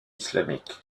islamique